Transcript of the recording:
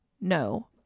No